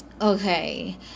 okay